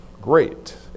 great